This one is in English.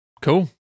Cool